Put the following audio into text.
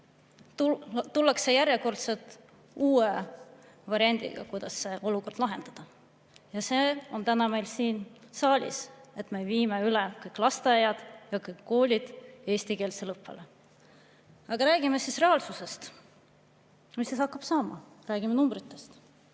tullakse järjekordselt uue variandiga, kuidas seda olukorda lahendada. See on täna meil siin saalis: me viime kõik lasteaiad ja kõik koolid üle eestikeelsele õppele. Aga räägime reaalsusest, mis siis hakkab saama, räägime numbritest.